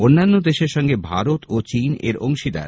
অন্যান্য দেশের সঙ্গে ভারত ও চীন এর অংশীদার